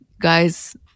guys-